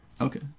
Okay